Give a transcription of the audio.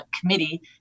committee